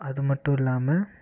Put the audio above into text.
அது மட்டும் இல்லாமல்